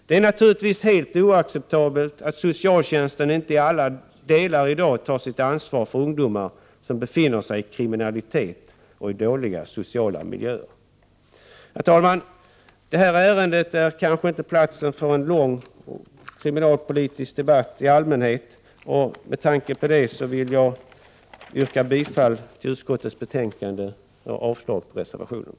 Det är naturligtvis helt oacceptabelt att socialtjänsten inte i alla delar i dag tar sitt ansvar för ungdomar som befinner sig i kriminalitet och i dåliga sociala miljöer. Herr talman! Behandlingen av detta ärende är kanske inte rätt tillfälle för en lång kriminalpolitisk debatt i allmänhet. Med tanke på det vill jag yrka bifall till utskottets hemställan och avslag på reservationerna.